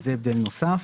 זה הבדל נוסף.